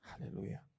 Hallelujah